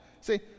See